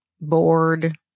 bored